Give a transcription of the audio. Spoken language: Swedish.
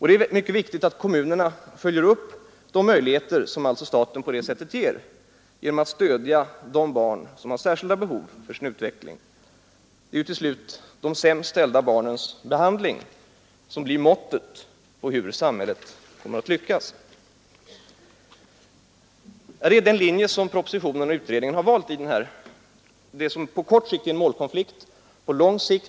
Det är mycket viktigt att kommunerna följer upp de möjligheter som alltså staten ger genom att stödja de barn som har särskilda behov för sin utveckling. Det är ju till slut de sämst ställda barnens behandling som blir måttet på hur sam hället kommer att lyckas. Detta är den linje som propositionen och utredningen har valt i vad som på kort sikt är en målkonflikt.